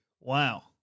Wow